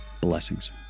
Blessings